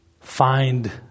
find